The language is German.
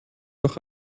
doch